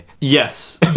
Yes